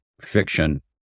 fiction